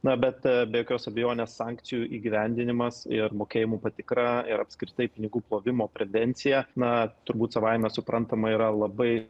na bet be jokios abejonės sankcijų įgyvendinimas ir mokėjimų patikra ir apskritai pinigų plovimo prevencija na turbūt savaime suprantama yra labai